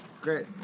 great